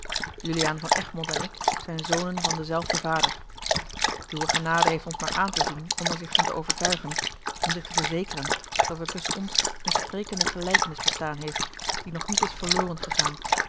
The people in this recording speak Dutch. juliaan van egmond en ik zijn zonen van denzelfden vader uwe genade heeft ons maar aan te zien om er zich van te overtuigen om zich te verzekeren dat er tusschen ons eene sprekende gelijkenis bestaan heeft die nog niet is verloren gegaan